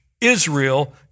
Israel